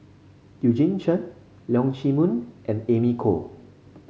Eugene Chen Leong Chee Mun and Amy Khor